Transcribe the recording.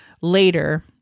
later